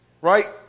right